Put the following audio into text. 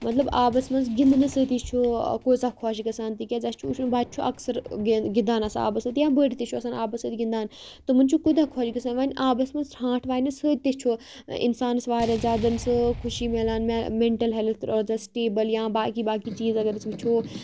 مطلب آبَس منٛز گِنٛدنہٕ سۭتی چھُ کۭژاہ خۄش گژھان تِکیٛازِ اَسہِ چھُ وُچھمُت بَچہِ چھُ اَکثر گِنٛدان آسان آبَس سۭتۍ یا بٔڈۍ تہِ چھُ آسان آبَس سۭتۍ گِنٛدان تِمَن چھُ کوٗتاہ خۄش گژھان وۄنۍ آبَس منٛز ژھانٛٹھ واینہٕ سۭتۍ تہِ چھُ اِنسانَس واریاہ زیادٕ سُہ خوشی میلان مےٚ مٮ۪نٹَل ہیٚلٕتھ روزان سِٹیبُل یا باقٕے باقٕے چیٖز اگر أسۍ وُچھو